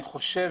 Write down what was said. אני חושב